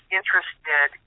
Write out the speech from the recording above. interested